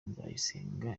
nzayisenga